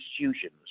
institutions